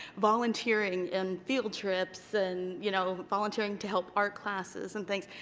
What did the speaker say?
volunteering in field trips and, you know, volunteering to help art classes and things,